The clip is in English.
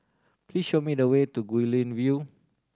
please show me the way to Guilin View